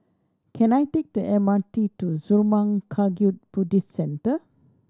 can I take the M R T to Zurmang Kagyud Buddhist Centre